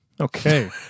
Okay